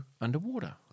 underwater